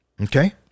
Okay